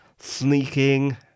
sneaking